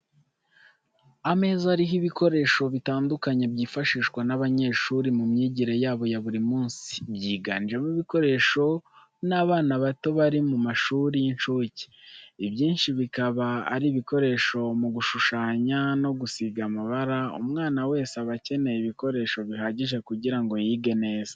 Ameza ariho ibikoresho bitandukanye byifashishwa n'abanyeshuri mu myigire yabo ya buri munsi, byiganjemo ibikoreshwa n'abana bato bari mu mashuri y'incuke, ibyinshi bikaba ari ibikoreshwa mu gushushanya no gusiga amabara, umwana wese aba akeneye ibikoresho bihagije kugira ngo yige neza.